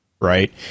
right